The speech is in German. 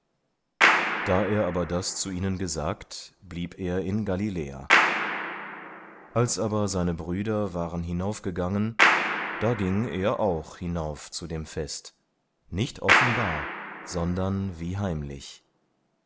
da er aber das zu ihnen gesagt blieb er in galiläa als aber seine brüder waren hinaufgegangen da ging er auch hinauf zu dem fest nicht offenbar sondern wie heimlich